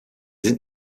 sind